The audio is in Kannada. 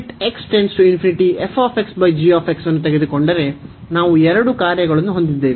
ಆದ್ದರಿಂದ ನಾವು ಈ ಅನ್ನು ತೆಗೆದುಕೊಂಡರೆ ನಾವು ಎರಡು ಕಾರ್ಯಗಳನ್ನು ಹೊಂದಿದ್ದೇವೆ